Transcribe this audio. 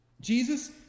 Jesus